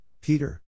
Peter